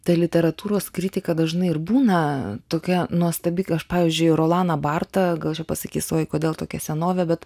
ta literatūros kritika dažnai ir būna tokia nuostabi kai aš pavyzdžiui rolaną bartą gal čia pasakys o kodėl tokia senovė bet